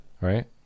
Right